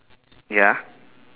ya